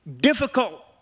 difficult